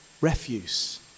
refuse